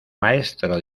maestro